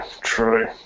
true